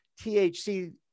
thc